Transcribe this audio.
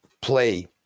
play